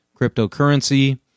cryptocurrency